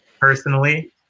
personally